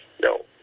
no